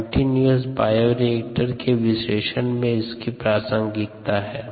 continuous bioreactor के विश्लेषण में इसकी प्रासंगिकता है